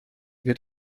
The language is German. wird